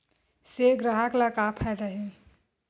से ग्राहक ला का फ़ायदा हे?